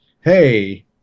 hey –